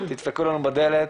תדפקו לנו בדלת,